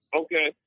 okay